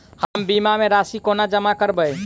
हम बीमा केँ राशि कोना जमा करबै?